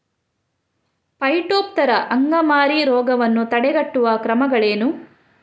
Phytophthora ಅಂಗಮಾರಿ ರೋಗವನ್ನು ತಡೆಗಟ್ಟುವ ಕ್ರಮಗಳೇನು?